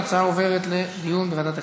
ההצעה עוברת לדיון בוועדת הכספים.